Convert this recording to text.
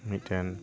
ᱢᱤᱫᱴᱮᱱ